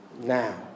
now